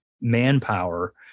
manpower